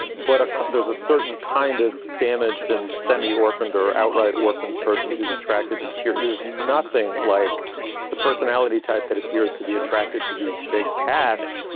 but there's a certain kind of damaged and semi orphaned or outright orphaned person who's attracted to cheer is nothing like the personality type that appears to be attracted to these big cats.